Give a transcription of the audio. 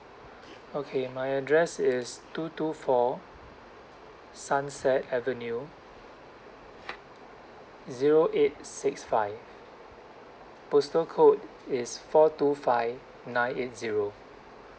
okay my address is two two four sunset avenue zero eight six five postal code is four two five nine eight zero